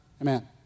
amen